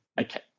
Okay